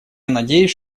надеюсь